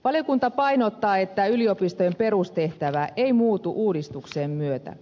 valiokunta painottaa että yliopistojen perustehtävä ei muutu uudistuksen myötä